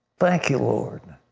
thank you, lord,